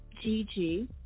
Gigi